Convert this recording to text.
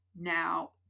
now